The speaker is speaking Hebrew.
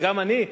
וגם אני,